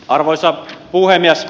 arvoisa puhemies